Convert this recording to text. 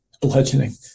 bludgeoning